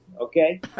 Okay